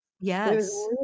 Yes